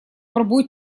пробой